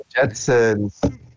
Jetsons